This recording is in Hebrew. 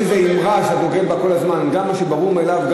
יש איזה אמרה שאתה דוגל בה כל הזמן: גם מה שברור מאליו,